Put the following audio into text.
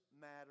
matter